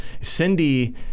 Cindy